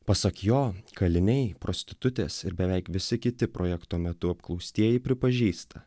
pasak jo kaliniai prostitutės ir beveik visi kiti projekto metu apklaustieji pripažįsta